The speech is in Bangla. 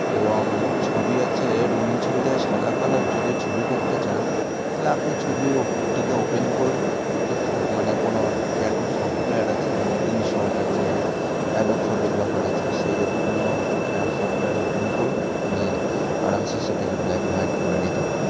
এবং ছবি আছে রঙিন ছবি থেকে সাদা কালো যদি ছবি করতে চান তালে আপনি ছবিটিতে ওপেন করুন একটি ফো মানে কোনো যে এখন সফটওয়্যার আচে যেমন ইনশর্ট আছে অ্যাডওবি ফটোগ্রাফার আছে সেই জাতীয় কোনো একটা সফটওয়্যার ওপেন করুন আপনি আরামসে সেটাকে ব্ল্যাক অ্যান্ড হোয়াইট করে নিতে পারেন